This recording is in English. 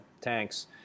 tanks